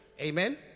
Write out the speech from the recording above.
Amen